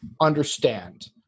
understand